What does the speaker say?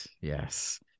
Yes